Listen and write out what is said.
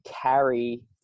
carry